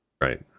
right